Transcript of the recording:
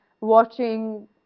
watching